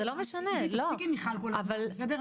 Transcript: תפסיקי עם "מיכל" כל הזמן, בסדר?